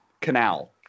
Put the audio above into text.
canal